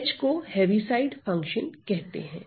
H को Heaviside function कहते हैं